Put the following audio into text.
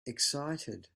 excited